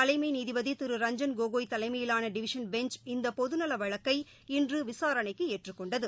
தலைமை நீதிபதி திரு ரஞ்சன் கோகோய் தலைமையிவான டிவிஷன் பெஞ்ச் இந்த பொது நல வழக்கை இன்று விசாரணைக்கு ஏற்றுக் கொண்டது